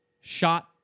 shot